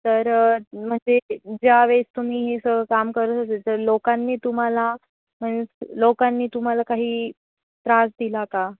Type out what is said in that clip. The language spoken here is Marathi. तर म्हणजे ज्या वेळेस तुम्ही हे सगळं काम करत होते तेव्हा लोकांनी तुम्हाला मिन्स लोकांनी तुम्हाला काही त्रास दिला का